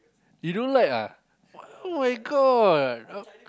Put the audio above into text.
you don't like ah [oh]-my-god